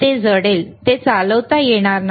ते जळेल ते चालवता येणार नाही